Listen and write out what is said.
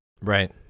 Right